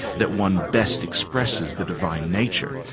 that one best expresses the divine nature.